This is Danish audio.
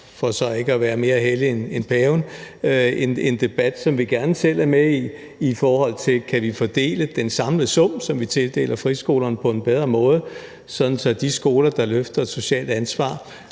for ikke at være mere hellige end paven – en debat, som vi gerne selv er med i, nemlig en debat om, om vi kan fordele den samlede sum, som vi tildeler friskolerne, på en bedre måde, sådan at de skoler, der løfter et socialt ansvar,